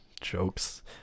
jokes